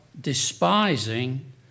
despising